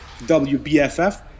WBFF